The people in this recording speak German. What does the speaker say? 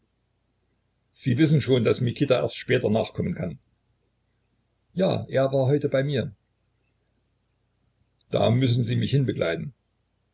sie wissen schon daß mikita erst später nachkommen kann ja er war heute bei mir da müssen sie mich hinbegleiten